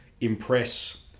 impress